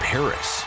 Paris